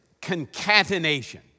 concatenation